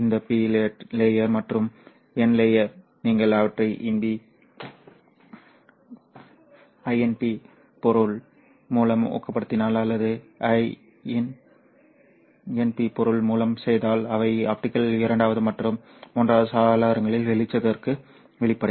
இந்த P layer மற்றும் n layer நீங்கள் அவற்றை InP பொருள் மூலம் ஊக்கப்படுத்தினால் அல்லது InP பொருள் மூலம் செய்தால் அவை ஆப்டிகல் இரண்டாவது மற்றும் மூன்றாவது சாளரங்களில் வெளிச்சத்திற்கு வெளிப்படை